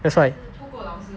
that's why